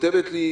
כותבת לי